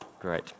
great